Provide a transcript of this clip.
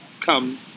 come